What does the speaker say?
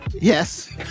yes